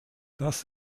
das